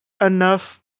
enough